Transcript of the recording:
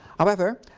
however,